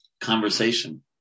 conversation